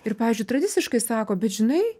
ir pavyzdžiui tradiciškai sako bet žinai